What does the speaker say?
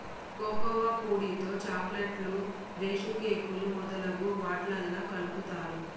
cocoa పొడితో చాకోలెట్లు బీషుకేకులు మొదలగు వాట్లల్లా కలుపుతారు